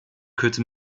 kürze